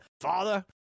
Father